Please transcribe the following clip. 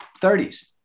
30s